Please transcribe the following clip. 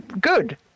good